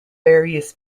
various